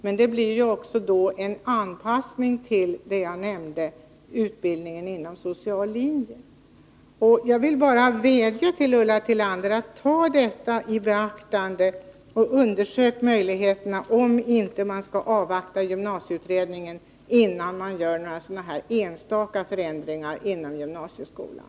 Men då blir det också en anpassning till det jag nämnde, utbildningen inom social linje. Jag vill bara vädja till Ulla Tillander att ta detta i beaktande och undersöka, om man inte skall avvakta gymnasieutredningen, innan man gör några sådana här enstaka förändringar inom gymnasieskolan.